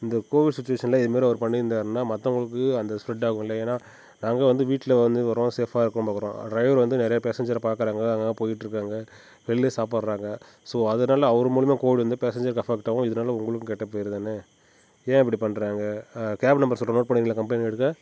இந்த கோவிட் சுச்சுவேஷனில் இதுமாரி அவர் பண்ணிட்டிருந்தாருன்னா மற்றவங்களுக்கு அந்த ஸ்ப்ரெட் ஆகும் இல்லை ஏன்னால் நாங்கள் வந்து வீட்டில் வந்து வரோம் சேஃபாக இருக்குதுன்னு வரோம் டிரைவர் வந்து நிறைய பேஸஞ்சரை பார்க்கறாங்க அங்கங்கே போயிட்டிருக்காங்க வெளிலேயே சாப்பிட்றாங்க ஸோ அதனால் அவர் மூலிமா கோவிட் வந்தால் பேஸஞ்சருக்கு அஃபெக்ட் ஆகும் இதனால உங்களுக்கும் கெட்ட பேர் தானே ஏன் இப்படி பண்ணுறாங்க கேப் நம்பர் சொல்கிறேன் நோட் பண்ணுறீங்களா கம்ப்ளைன்ட் எடுக்க